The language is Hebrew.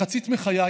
מחצית מחיי,